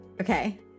Okay